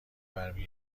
برمی